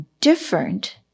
different